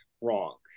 wrong